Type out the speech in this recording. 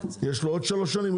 יש לו עוד שלוש שנים,